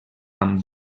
amb